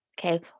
okay